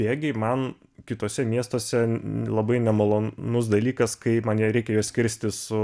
bėgiai man kituose miestuose labai nemalonus dalykas kai man nereikia jos kirsti su